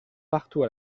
partout